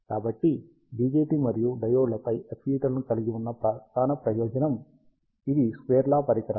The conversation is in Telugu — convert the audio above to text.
కాబట్టి BJT మరియు డయోడ్ లపై FET లు కలిగి ఉన్న ప్రధాన ప్రయోజనం ఇవి స్క్వేర్ లా పరికరాలు